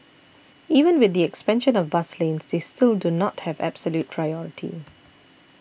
even with the expansion of bus lanes they still do not have absolute priority